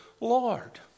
Lord